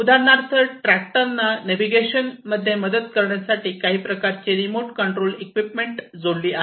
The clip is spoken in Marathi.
उदाहरणार्थ ट्रॅक्टरना नेव्हिगेशनमध्ये मदत करण्यासाठी काही प्रकारचे रिमोट कंट्रोल इक्विपमेंट जोडलेली आहेत